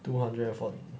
two hundred and four